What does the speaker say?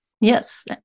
yes